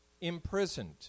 Imprisoned